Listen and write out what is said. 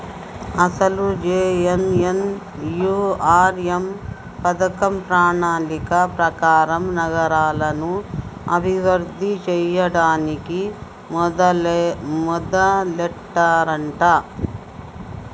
అసలు జె.ఎన్.ఎన్.యు.ఆర్.ఎం పథకం ప్రణాళిక ప్రకారం నగరాలను అభివృద్ధి చేయడానికి మొదలెట్టారంట